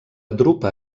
drupa